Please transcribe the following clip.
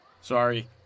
Sorry